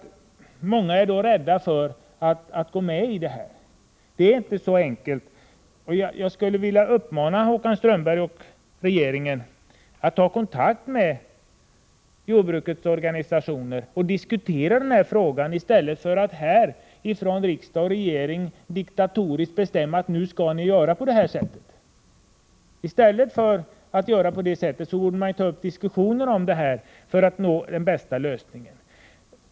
Många är rädda för att gå med i ett sådant här system. Jag skulle vilja uppmana Håkan Strömberg och regeringen att ta kontakt med jordbrukets organisationer och diskutera frågan med dem för att komma fram till den bästa lösningen, i stället för att riksdagen och regeringen diktatoriskt bestämmer hur näringen skall göra.